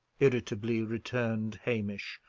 irritably returned hamish,